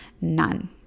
none